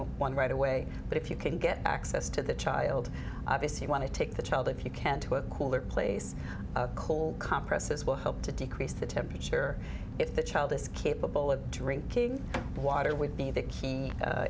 one right away but if you can get access to the child obviously want to take the child if you can to a cooler place cold compresses will help to decrease the temperature if the child is capable of drinking water would be the key